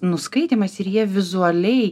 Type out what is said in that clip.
nuskaitymas ir jie vizualiai